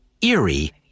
eerie